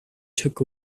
took